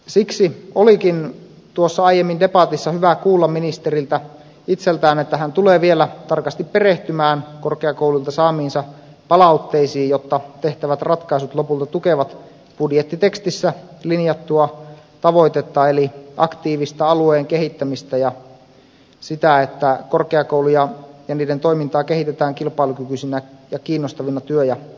siksi olikin aiemmin debatissa hyvä kuulla ministeriltä itseltään että hän tulee vielä tarkasti perehtymään korkeakouluilta saamiinsa palautteisiin jotta tehtävät ratkaisut lopulta tukevat budjettitekstissä linjattua tavoitetta eli aktiivista alueen kehittämistä ja sitä että korkeakouluja ja niiden toimintaa kehitetään kilpailukykyisinä ja kiinnostavina työ ja opiskelupaikkoina